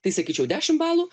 tai sakyčiau dešim balų